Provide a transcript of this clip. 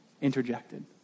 Interjected